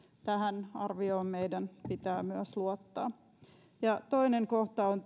tähän arvioon meidän pitää myös luottaa toinen kohta on